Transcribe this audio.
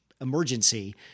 emergency